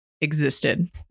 existed